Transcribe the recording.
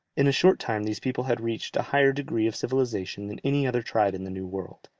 in a short time these people had reached a higher degree of civilization than any other tribe in the new world.